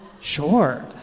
Sure